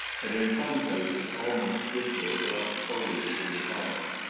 and in some places almost dip their dark foliage in the torrent.